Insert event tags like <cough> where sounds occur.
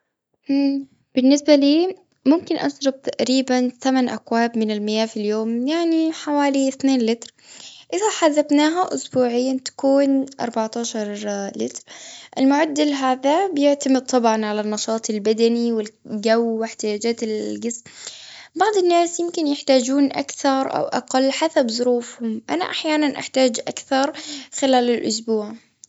اه <hesitation> بالنسبة لي، ممكن أشرب تقريباً ثمن أكواب من المياه في اليوم، يعني حوالي اثنين لتر. إذا حسبناها أسبوعياً، تكون أربعتاشر <hesitation> لتر. المعدل هذا، بيعتمد طبعاً على النشاط البدني، والجو واحتياجات <hesitation> الجسم. بعض الناس يمكن يحتاجون أكثر، أو أقل، حسب ظروفهم. أنا أحياناً، أحتاج أكثر خلال الأسبوع.